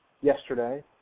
yesterday